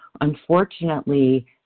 unfortunately